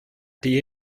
the